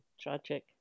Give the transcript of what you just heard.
tragic